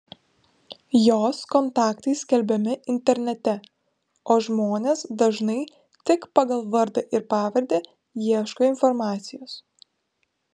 jos kontaktai skelbiami internete o žmonės dažnai tik pagal vardą ir pavardę ieško informacijos